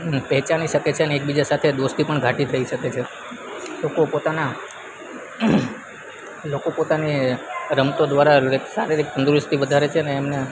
પહેચાની શકે છે અને એકબીજા સાથે દોસ્તી પણ ઘાટી થઈ શકે છે લોકો પોતાના લોકો પોતાની રમતો દ્વારા શારીરિક તંદુરસ્તી વધારે છે અને એમને